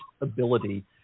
ability